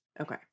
Okay